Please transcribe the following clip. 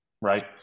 right